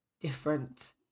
different